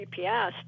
gps